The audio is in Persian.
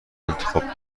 انتخاب